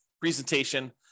presentation